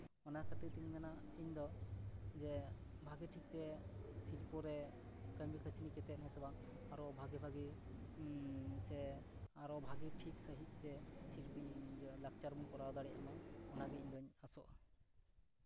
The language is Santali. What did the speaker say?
ᱚᱱᱟ ᱠᱷᱟᱹᱛᱤᱨ ᱛᱤᱧ ᱢᱮᱱᱟ ᱤᱧᱫᱚ ᱡᱮ ᱵᱷᱟᱜᱮ ᱴᱷᱤᱠ ᱛᱮ ᱥᱤᱞᱯᱚ ᱨᱮ ᱠᱟᱹᱢᱤ ᱠᱟᱹᱥᱱᱤ ᱠᱟᱛᱮᱫ ᱦᱮᱸ ᱥᱮ ᱵᱟᱝ ᱟᱨᱚ ᱵᱷᱟᱜᱮ ᱵᱷᱟᱜᱮ ᱥᱮ ᱟᱨᱚ ᱵᱷᱟᱜᱮ ᱴᱷᱤᱠ ᱥᱟᱺᱦᱤᱡ ᱛᱮ ᱥᱤᱞᱯᱤ ᱞᱟᱠᱪᱟᱨ ᱵᱚᱱ ᱠᱚᱨᱟᱣ ᱫᱟᱲᱮᱭᱟᱜ ᱢᱟ ᱚᱱᱟᱜᱮ ᱤᱧ ᱫᱚᱧ ᱟᱥᱚᱜᱼᱟ